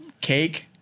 cake